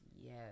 Yes